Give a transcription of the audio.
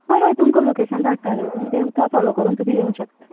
हय हय तुमकां लोकेशन धाडटा मॅम तें सुदां फॉलो करून तुमी येवं शकता